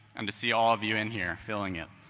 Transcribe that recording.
and to see all of you in here filling it.